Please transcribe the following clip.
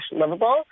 livable